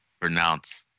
pronounce